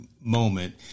moment